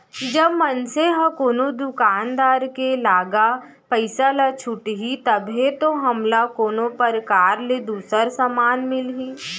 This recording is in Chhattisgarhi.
जब मनसे ह कोनो दुकानदार के लागा पइसा ल छुटही तभे तो हमला कोनो परकार ले दूसर समान मिलही